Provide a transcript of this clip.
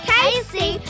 Casey